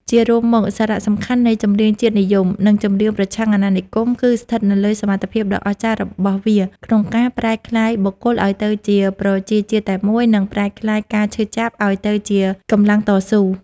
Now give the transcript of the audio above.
ជារួមមក សារៈសំខាន់នៃចម្រៀងជាតិនិយម និងចម្រៀងប្រឆាំងអាណានិគម គឺស្ថិតនៅលើសមត្ថភាពដ៏អស្ចារ្យរបស់វាក្នុងការប្រែក្លាយ បុគ្គលឱ្យទៅជាប្រជាជាតិតែមួយ និងប្រែក្លាយការឈឺចាប់ឱ្យទៅជាកម្លាំងតស៊ូ ។